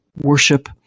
worship